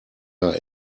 are